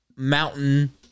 mountain